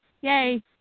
yay